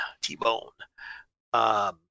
T-Bone